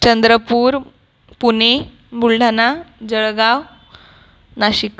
Chandrapur Pune Buldhana Jalgaon Nashik